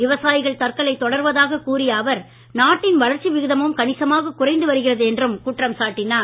விவசாயிகள் தற்கொலை தொடர்வதாக கூறிய அவர் நாட்டின் வளர்ச்சி விகிதமும் கணிசமாகக் குறைந்து வருகிறது என்று குற்றம் சாட்டினார்